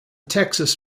texas